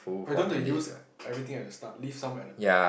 I don't want to use everything at the start leave some at the back